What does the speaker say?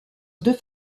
deux